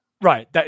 Right